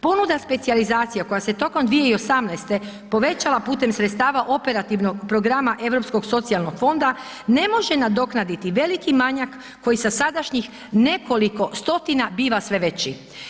Ponuda specijalizacija koja se tokom 2018. povećala putem sredstava operativnog programa Europskog socijalnog fonda ne može nadoknaditi veliki manjak koji sa sadašnjih nekoliko stotina biva sve veći.